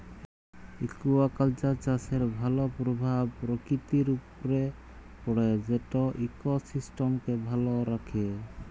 aquaculture চাষের ভালো পরভাব পরকিতির উপরে পড়ে যেট ইকসিস্টেমকে ভালো রাখ্যে